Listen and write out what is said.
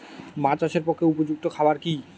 মাছ চাষের পক্ষে উপযুক্ত খাবার কি কি?